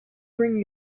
bring